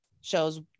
shows